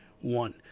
one